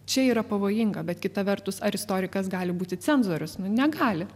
čia yra pavojinga bet kita vertus ar istorikas gali būti cenzorius nu negali